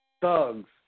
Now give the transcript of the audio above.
thugs